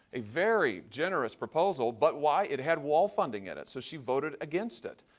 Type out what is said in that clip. a very generous proposal, but why? it had wall funding in it, so she voted against it.